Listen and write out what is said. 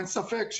אין ספק,